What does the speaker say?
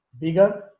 bigger